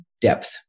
depth